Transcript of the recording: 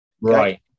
Right